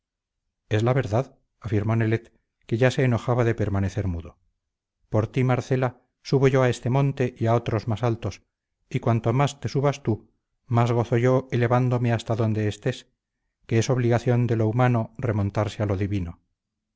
es la verdad afirmó nelet que ya se enojaba de permanecer mudo por ti marcela subo yo a este monte y a otros más altos y cuanto más te subas tú más gozo yo elevándome hasta donde estés que es obligación de lo humano remontarse a lo divino